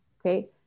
okay